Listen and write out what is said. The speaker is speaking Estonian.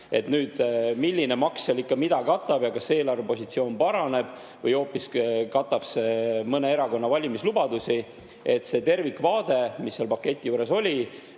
et milline maks mida katab ja kas eelarvepositsioon paraneb või hoopis katab see mõne erakonna valimislubadusi. See tervikvaade, mis selle paketi juures oli,